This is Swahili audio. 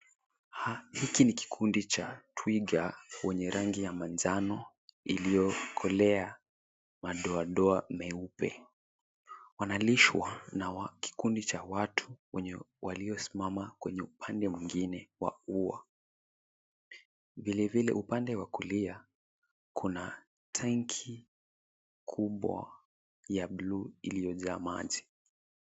Hiki n kikundi cha twiga wenye rangi ya manjano iliyokolea madoa doa meupe. Wanalishwa na kikundi cha watu waliosimama kwenye upande mwingine wa ua. Vile vile upande wa kulia kuna tenki kubwa ya blue ililojaa maji.